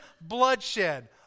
bloodshed